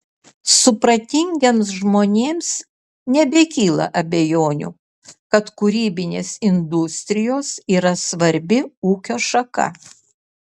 supratingiems žmonėms nebekyla abejonių kad kūrybinės industrijos yra svarbi ūkio šaka